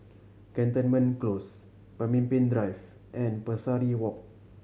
Cantonment Close Pemimpin Drive and Pesari Walk